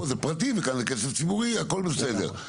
פה זה פרטי וכאן זה כסף ציבורי הכל בסדר,